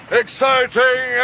exciting